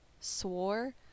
swore